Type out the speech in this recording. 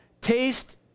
Taste